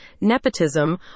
nepotism